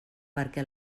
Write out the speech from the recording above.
perquè